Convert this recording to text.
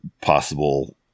possible